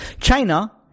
China